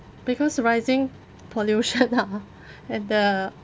because rising pollution ah and the